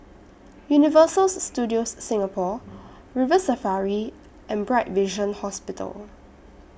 Universal Studios Singapore River Safari and Bright Vision Hospital